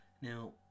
Now